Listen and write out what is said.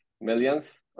millions